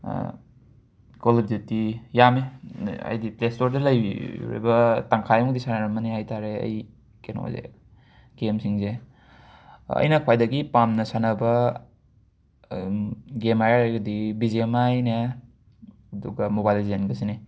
call of Duty ꯌꯥꯝꯃꯦ ꯍꯥꯏꯗꯤ play ꯁ꯭ꯇꯣꯔꯗ ꯂꯩꯔꯤꯕ ꯇꯪꯈꯥꯏ ꯑꯃꯗꯤ ꯁꯥꯅꯔꯝꯃꯅꯤ ꯍꯥꯏ ꯇꯥꯔꯦ ꯑꯩ ꯀꯩꯅꯣꯁꯦ ꯒꯦꯝꯁꯤꯡꯁꯦ ꯑꯩꯅ ꯈ꯭ꯋꯥꯏꯗꯒꯤ ꯄꯥꯝꯅ ꯁꯥꯟꯅꯕ ꯒꯦꯝ ꯍꯥꯏꯔꯒꯗꯤ ꯕꯤ ꯖꯤ ꯑꯦꯝ ꯑꯥꯏꯅꯦ ꯑꯗꯨꯒ ꯃꯣꯕꯥꯏꯜ ꯂꯤꯖꯦꯟꯒꯁꯤꯅꯦ